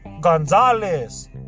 Gonzalez